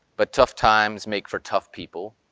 but tough times make for tough people,